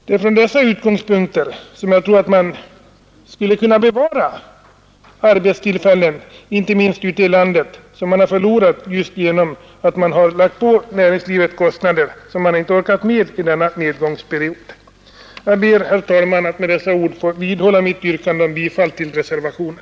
Det är från dessa utgångspunkter som jag tror att man skulle kunna bevara arbetstillfällen inte minst ute i landet, som man har förlorat just genom att man har lagt på näringslivet kostnader, som det inte orkar med i denna nedgångsperiod. Jag ber, herr talman, att få vidhålla mitt yrkande om bifall till reservationen.